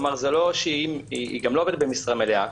היא גם לא עובדת במשרה מלאה,